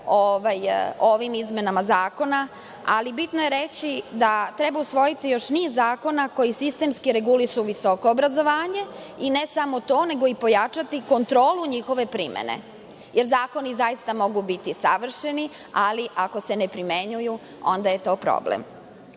ovim izmenama zakona, ali bitno je reći da treba usvojiti još niz zakona koji sistemski regulišu visoko obrazovanje i ne samo to, nego pojačati kontrolu njihove primene. Zakoni zaista mogu biti savršeni, ali ako se ne primenjuju onda je to problem.